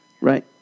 Right